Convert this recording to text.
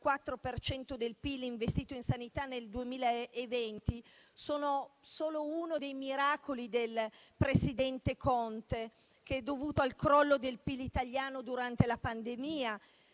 del PIL investito in sanità nel 2020 sono solo uno dei miracoli del presidente Conte, dovuto al crollo del PIL italiano durante la pandemia.